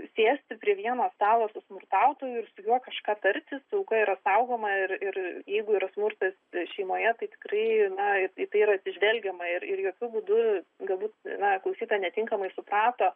sėsti prie vieno stalo su smurtautoju ir su juo kažką tartis auka yra saugoma ir ir jeigu yra smurtas šeimoje tai tikrai na į tai yra atsižvelgiama ir ir jokiu būdu galbūt na klausytoja netinkamai suprato